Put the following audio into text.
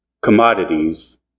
commodities